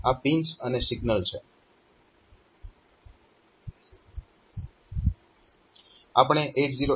આ પિન્સ અને સિગ્નલ્સ છે